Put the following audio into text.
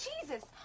Jesus